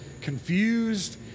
confused